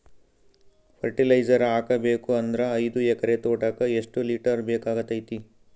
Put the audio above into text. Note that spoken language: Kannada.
ಫರಟಿಲೈಜರ ಹಾಕಬೇಕು ಅಂದ್ರ ಐದು ಎಕರೆ ತೋಟಕ ಎಷ್ಟ ಲೀಟರ್ ಬೇಕಾಗತೈತಿ?